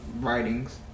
writings